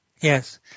Yes